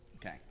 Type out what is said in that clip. Okay